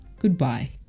Goodbye